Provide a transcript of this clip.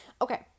okay